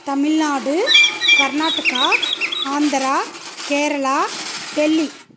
Tamil Nadu Karnataka Andhra Kerala Delhi